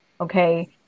okay